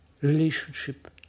relationship